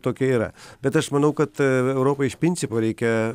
tokia yra bet aš manau kad europai iš principo reikia